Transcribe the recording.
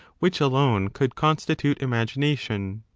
which alone could constitute imagina tion.